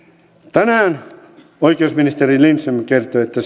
tänään oikeusministeri lindström kertoi että